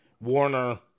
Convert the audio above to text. Warner